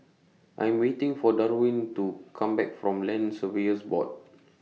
I'm waiting For Darwyn to Come Back from Land Surveyors Board